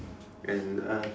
and a